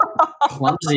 clumsy